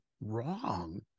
wrong